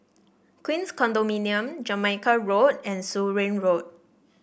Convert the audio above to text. Queens Condominium Jamaica Road and Surin Road